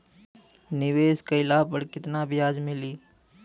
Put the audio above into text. निवेश काइला पर कितना ब्याज मिली?